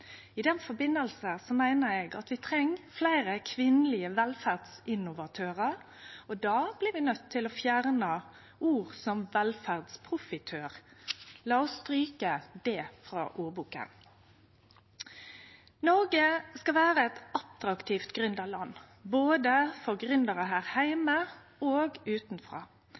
I forbindelse med det meiner eg at vi treng fleire kvinnelege velferdsinnovatørar. Då blir ein nøydd til å fjerne ord som «velferdsprofitør». La oss stryke det frå ordboka. Noreg skal vere eit attraktivt gründerland for gründerar både her heime og